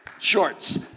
shorts